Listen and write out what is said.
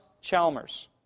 Chalmers